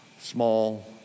small